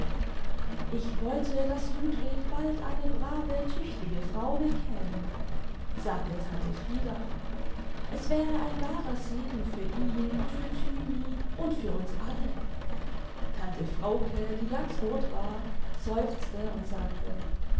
ich wollte daß ludwig bald eine brave tüchtige frau bekäme sagte tante frieda es wäre ein wahrer segen für ihn und für thymi und für uns alle tante frauke die ganz rot war seufzte und sagte